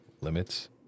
limits